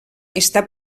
està